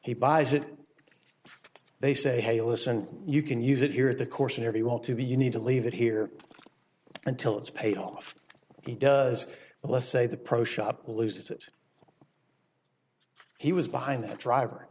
he buys it they say hey listen you can use it here at the course and he want to be you need to leave it here until it's paid off he does but let's say the pro shop loses that he was behind the driver